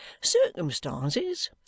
Circumstances